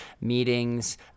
meetings